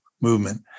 movement